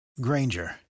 Granger